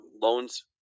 loans